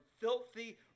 filthy